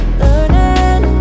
learning